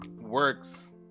works